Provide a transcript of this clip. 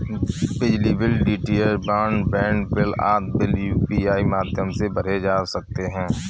बिजली bill, DTH broadband bill आदि bill UPI माध्यम से भरे जा सकते हैं